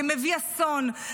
כמביא אסון,